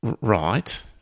Right